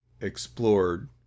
explored